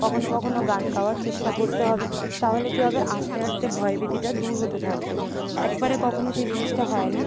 কখনও কখনও গান গাওয়ার চেষ্টা করতে হবে তাহলে কি হবে আস্তে আস্তে ভয় ভীতিটা দূর হতে থাকবে একবারে কখনও সেই জিনিসটা হয় না